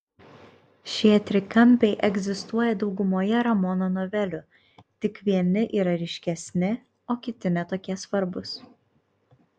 šie trikampiai egzistuoja daugumoje ramono novelių tik vieni yra ryškesni o kiti ne tokie svarbūs